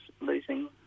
losing